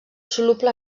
soluble